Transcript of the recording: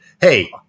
Hey